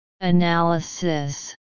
Analysis